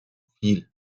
viel